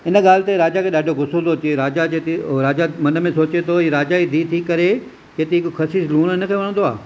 इन ॻाल्हि ते राजा खे ॾाढो गुसो थो अचे राजा जेके राजा मन में सोचे थो हीअ राजा जी धीउ थी करे चवे थी त हिकु ख़सीस लूण हिनखे वणंदो आहे